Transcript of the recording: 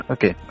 Okay